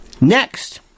Next